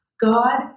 God